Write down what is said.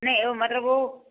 ਨਹੀਂ ਓ ਮਤਲਬ ਉਹ